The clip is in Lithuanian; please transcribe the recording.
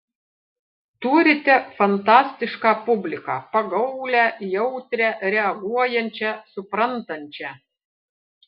turite fantastišką publiką pagaulią jautrią reaguojančią suprantančią